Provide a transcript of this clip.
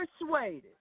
persuaded